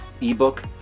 ebook